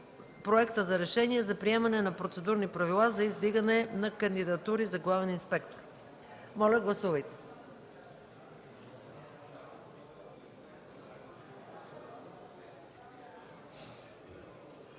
Проекта за решение за приемане на Процедурни правила за издигане на кандидатури за главен инспектор. Гласували